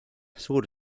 suur